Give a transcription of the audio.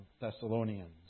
Thessalonians